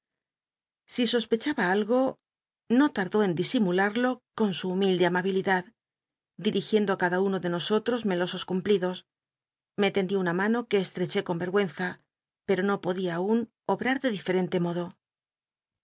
si sospechaba algo no lardó en disimulnl'lo biblioteca nacional de españa da vid copperfield con su humi lde amabilidad dirigiendo á cada uno de nosotros melosos cumplidos me tendió una mano que estreché con vetgiienza pero no poc lia aun obrar de diferente molo